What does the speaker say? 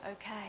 Okay